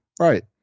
right